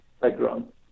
background